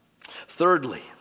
Thirdly